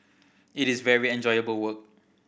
it is very enjoyable work